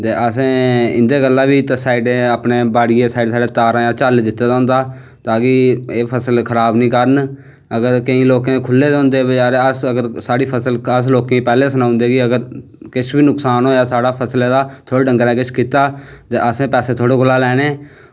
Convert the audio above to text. ते इंदे आस्तै बी असें बाड़ियै साईड साईड बाड़ियै तारें दा झ'ल्ल दित्ते दा होंदा ता की एह् फसल खराब निं करन ते केईं लोकें दे खुल्ले दे होंदे ते साढ़ी फसल अस लोकें गी पैह्लें सनाई ओड़दे की अगर किश बी नुक्सान होया साढ़ी फसलै दा थुआढ़े डंगरें किश कीता ते असें पैसे थुआढ़े कोला लैने